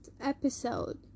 episode